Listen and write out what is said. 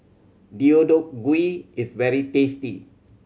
Deodeok Gui is very tasty